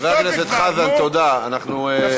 חבר הכנסת חזן, תודה רבה.